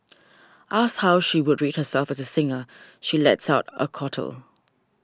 asked how she would rate herself as a singer she lets out a chortle